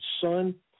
son